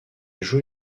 joue